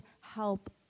help